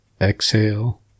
exhale